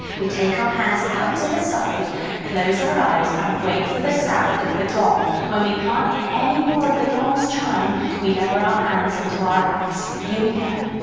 we take our hands out to the side close our eyes and um wait for the sound of the gong when we can't hear anymore of the gongs chime we lower our hands in to our laps. here we go